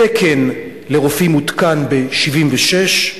התקן לרופאים הותקן ב-1976,